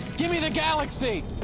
give me the galaxy.